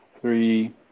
three